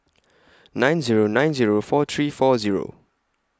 nine Zero nine Zero four three four Zero